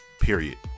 period